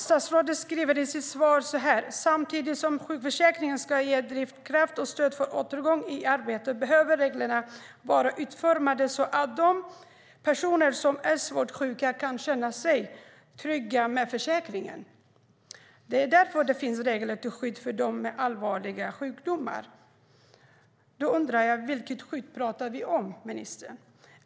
Statsrådet skriver i sitt svar: Samtidigt som sjukförsäkringen ska ge drivkrafter och stöd för återgång i arbete behöver reglerna vara utformade så att de personer som är svårt sjuka kan känna sig trygga med försäkringen. Det är därför det finns regler till skydd för dem med allvarliga sjukdomar. Jag undrar vilket skydd vi talar om, ministern.